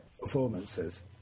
performances